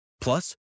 Plus